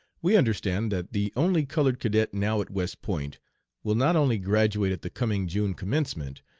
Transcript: we understand that the only colored cadet now at west point will not only graduate at the coming june commencement,